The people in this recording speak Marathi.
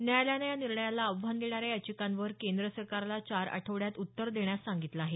न्यायालयानं या निर्णयाला आव्हान देणाऱ्या याचिकांवर केंद्र सरकारला चार आठवड्यात उत्तर देण्यास सांगितलं आहे